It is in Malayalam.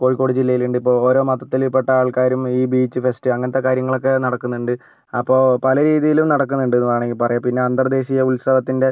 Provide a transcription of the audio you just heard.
കോഴിക്കോട് ജില്ലയിലുണ്ട് ഇപ്പോൾ ഓരോ മതത്തിൽപ്പെട്ട ആൾക്കാരും ഈ ബീച്ച് ഫെസ്റ്റ് അങ്ങനത്തെ കാര്യങ്ങളൊക്കെ നടക്കുന്നുണ്ട് അപ്പോൾ പലരീതിയിലും നടക്കുന്നുണ്ടെന്ന് വേണമെങ്കിൽ പറയാം പിന്നെ അന്തർദേശീയ ഉത്സവത്തിൻ്റെ